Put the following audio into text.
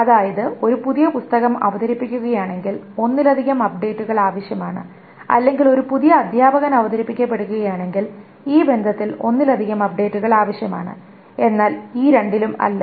അതായത് ഒരു പുതിയ പുസ്തകം അവതരിപ്പിക്കുകയാണെങ്കിൽ ഒന്നിലധികം അപ്ഡേറ്റുകൾ ആവശ്യമാണ് അല്ലെങ്കിൽ ഒരു പുതിയ അധ്യാപകൻ അവതരിപ്പിക്കപ്പെടുകയാണെങ്കിൽ ഈ ബന്ധത്തിൽ ഒന്നിലധികം അപ്ഡേറ്റുകൾ ആവശ്യമാണ് എന്നാൽ ഈ രണ്ടിലും അല്ല